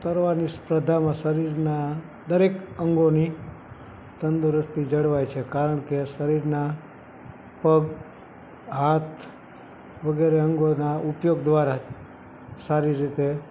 તરવાની સ્પર્ધામાં શરીરનાં દરેક અંગોની તંદુરસ્તી જળવાય છે કારણ કે શરીરના પગ હાથ વગેરે અંગોના ઉપયોગ દ્વારા સારી રીતે